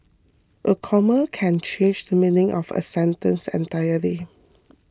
a comma can change the meaning of a sentence entirely